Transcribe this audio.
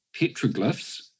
petroglyphs